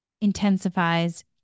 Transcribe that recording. intensifies